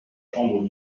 chambre